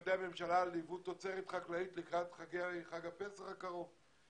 משרדי הממשלה על ייבוא תוצרת חקלאית לקראת חג הפסח הקרוב.